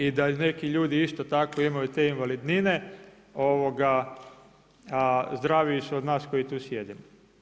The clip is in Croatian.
I da neki ljudi isto tako imaju te invalidnine a zdraviji su od nas koji tu sjede.